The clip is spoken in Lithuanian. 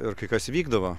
ir kai kas įvykdavo